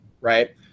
right